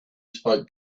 spoke